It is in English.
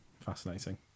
fascinating